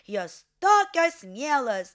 jos tokios mielos